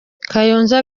kayonza